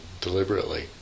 deliberately